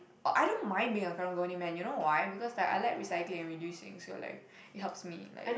uh I don't mind being a Karang-Guni man you know why because I like recycling and reducing so like it helps me like